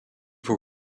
voor